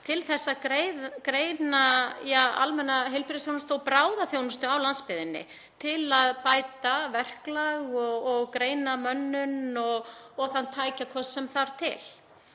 til þess að greina almenna heilbrigðisþjónustu og bráðaþjónustu á landsbyggðinni til að bæta verklag og greina mönnun og þann tækjakost sem þarf til.